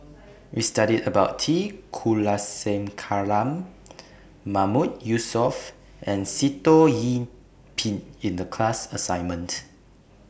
We studied about T Kulasekaram Mahmood Yusof and Sitoh Yih Pin in The class assignment